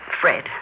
Fred